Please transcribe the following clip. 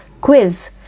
Quiz